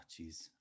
jeez